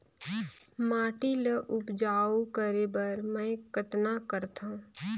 माटी ल उपजाऊ करे बर मै कतना करथव?